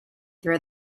throw